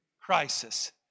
crisis